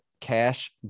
cash